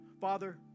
Father